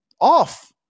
off